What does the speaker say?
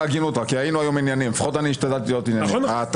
תודה רבה.